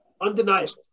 Undeniable